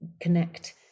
connect